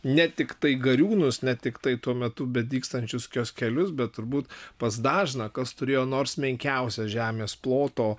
ne tiktai gariūnus ne tiktai tuo metu bedygstančius kioskelius bet turbūt pas dažną kas turėjo nors menkiausią žemės ploto